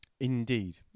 indeed